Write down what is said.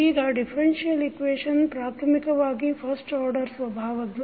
ಈ differential equation ಪ್ರಾಥಮಿಕವಾಗಿ first order ಸ್ವಭಾವದ್ದು